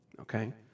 Okay